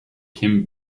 kim